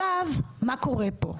מה קורה כאן.